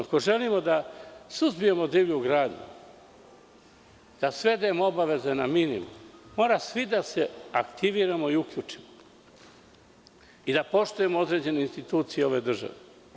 Ako želimo da suzbijemo divlju gradnju, da svedemo obaveze na minimum, mora svi da se aktiviramo i uključimo i da poštujemo određene institucije ove države.